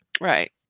Right